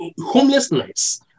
Homelessness